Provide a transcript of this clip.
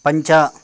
पञ्च